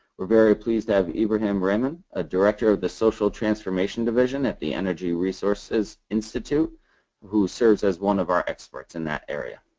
are very pleased to have ibrahim rehman, a director of the social transformation division at the energy resources institute who serves as one of our experts in that area.